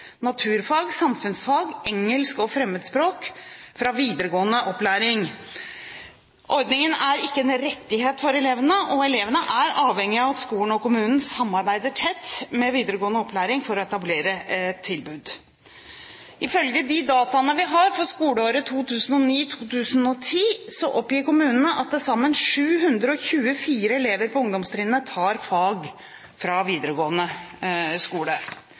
naturfag, samfunnsfag, engelsk og fremmedspråk fra videregående opplæring. Ordningen er ikke en rettighet for elevene, og elevene er avhengige av at skolen og kommunen samarbeider tett med videregående opplæring for å etablere et tilbud. Ifølge de dataene vi har for skoleåret 2009–2010, oppgir kommunene at til sammen 724 elever på ungdomstrinnet tar fag fra videregående skole.